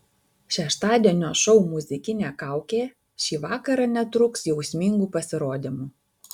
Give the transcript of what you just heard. šeštadienio šou muzikinė kaukė šį vakarą netrūks jausmingų pasirodymų